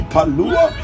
Palua